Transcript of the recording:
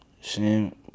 Sam